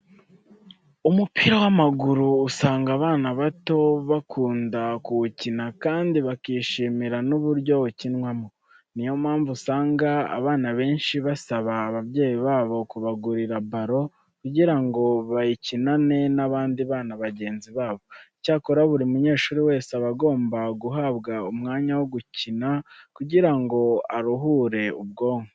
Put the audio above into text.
Umupira w'amaguru usanga abana bato bakunda kuwukina kandi bakishimira n'uburyo ukinwamo. Niyo mpamvu usanga abana benshi basaba ababyeyi babo kubagurira baro kugira ngo bayikinane n'abandi bana bagenzi babo. Icyakora buri munyeshuri wese aba agomba guhabwa umwanya wo gukina kugira ngo aruhure ubwonko.